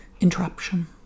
interruption